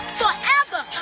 forever